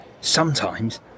Sometimes